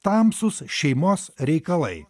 tamsūs šeimos reikalai